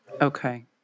Okay